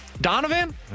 Donovan